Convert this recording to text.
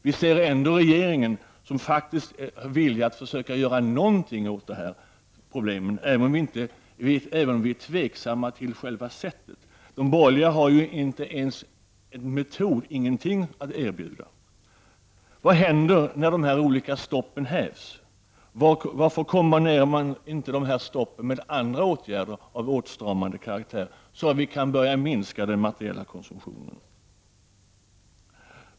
Vi ser trots allt regeringen som villig att göra någonting åt problemen, även om vi är tveksamma till själva sättet. De borgerliga har ju inte ens en metod att erbjuda — ingenting! Vad händer när de olika stoppen hävs? Varför kombinerar man dem inte med andra åtgärder av åtstramande karaktär, så att vi kan börja minska den materiella konsumtionen?